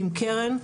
קרן,